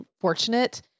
fortunate